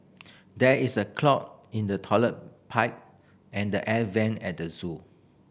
there is a clog in the toilet pipe and the air vent at the zoo